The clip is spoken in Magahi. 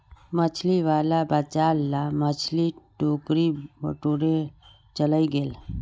मछली वाला बचाल ला मछली टोकरीत बटोरे चलइ गेले